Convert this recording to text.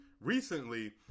recently